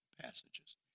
passages